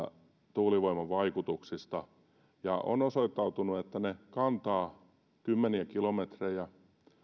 tuulivoiman vaikutuksista ja on osoittautunut että ne kantavat kymmeniä kilometrejä